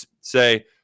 say –